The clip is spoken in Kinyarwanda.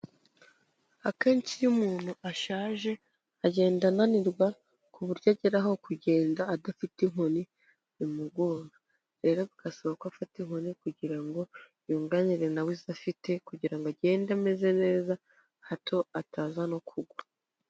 Akenshi iyo umuntu ashaje agenda ananirwa ku buryo agera aho kugenda adafite inkoni bimugora, rero bigasaba ko afata inkoni kugira ngo yunganire nawe izo afite kugira ngo agende ameze neza hato ataza no kugwa.